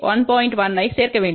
1 ஐ சேர்க்க வேண்டும்